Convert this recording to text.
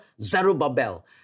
Zerubbabel